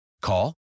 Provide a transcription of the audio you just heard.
Call